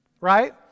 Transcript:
right